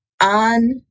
on